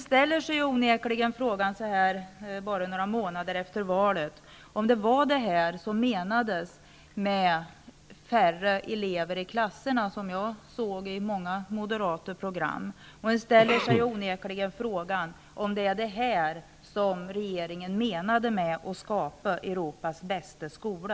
Nu några månder efter valet ställer man sig onekligen frågan om det var detta som menades med ''Färre elever i klasserna'', ett ett slagord som jag såg i många moderata valbroschyrer. Man ställer sig också onekligen frågan om det här är vad regeringen menar med uttrycket: att skapa Europas bästa skola.